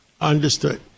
Understood